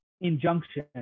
injunction